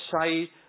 say